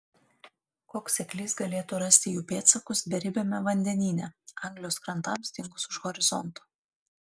koks seklys galėtų rasti jų pėdsakus beribiame vandenyne anglijos krantams dingus už horizonto